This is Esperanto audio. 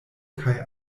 kaj